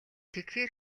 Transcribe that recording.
тэгэхээр